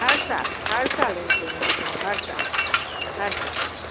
हरु सालु हरु सालु इंक्रीमेंट थींदो हरु सालु हरु सालु